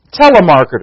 telemarketers